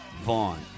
Vaughn